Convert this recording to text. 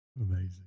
Amazing